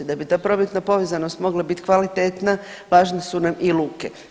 Da bi ta prometna povezanost mogla bit kvalitetna važne su nam i luke.